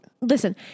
Listen